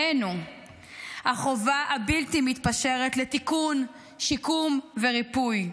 עלינו החובה הבלתי-מתפשרת לתיקון, שיקום וריפוי.